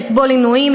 לסבול עינויים,